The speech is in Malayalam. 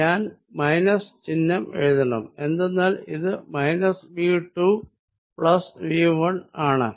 ഞാൻ ഇവിടെ മൈനസ് ചിഹ്നം എഴുതണം എന്തെന്നാൽ ഇത് മൈനസ് V 2 പ്ലസ് V 1 ആണ്